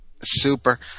super